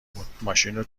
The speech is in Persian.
بود، ماشینو